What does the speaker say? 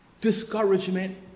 discouragement